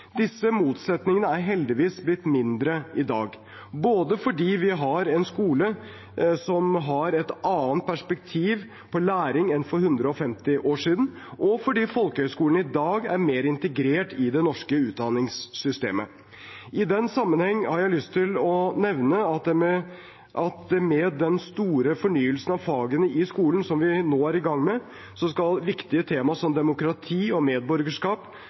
Disse motsetningene er heldigvis blitt mindre i dag, både fordi vi har en skole som har et annet perspektiv på læring enn for 150 år siden, og fordi folkehøyskolene i dag er mer integrert i det norske utdanningssystemet. I den sammenheng har jeg lyst til å nevne at med den store fornyelsen av fagene i skolen som vi nå er i gang med, skal viktige temaer som demokrati og medborgerskap,